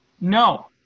No